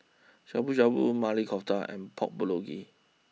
Shabu Shabu Maili Kofta and Pork Bulgogi